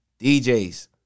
djs